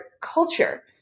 culture